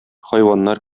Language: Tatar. хайваннар